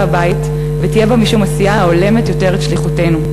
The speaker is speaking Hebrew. הבית ותהיה בה משום עשייה ההולמת יותר את שליחותנו?